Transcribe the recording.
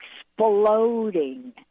exploding